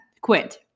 Quit